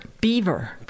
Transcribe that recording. Beaver